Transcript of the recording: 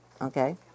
Okay